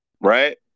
Right